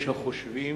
יש החושבים